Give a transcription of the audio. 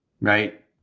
right